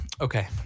Okay